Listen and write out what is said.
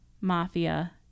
Mafia